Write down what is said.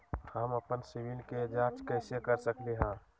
हम अपन सिबिल के जाँच कइसे कर सकली ह?